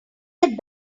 had